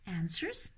answers